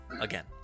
Again